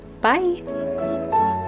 bye